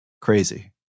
Crazy